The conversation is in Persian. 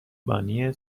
بانی